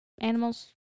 animals